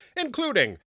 including